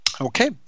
Okay